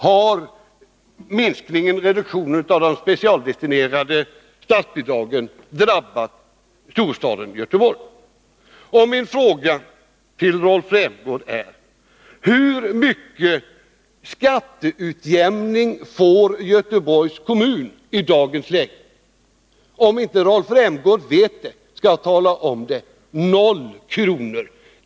Så har reduktionen av de specialdestinerade statsbidragen drabbat storstaden Göteborg. Min fråga till Rolf Rämgård är: Hur mycket får Göteborgs kommun i dagens läge i skatteutjämningsmedel? Om Rolf Rämgård inte vet det, kan jag tala om att det är 0 kr.